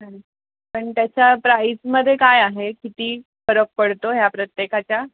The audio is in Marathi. हां पण त्याचा प्राईसमध्ये काय आहे किती फरक पडतो ह्या प्रत्येकाच्या